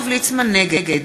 נגד